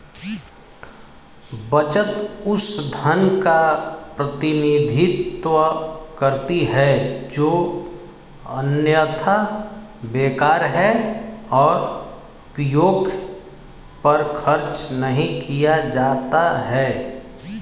बचत उस धन का प्रतिनिधित्व करती है जो अन्यथा बेकार है और उपभोग पर खर्च नहीं किया जाता है